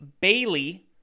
Bailey